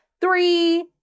three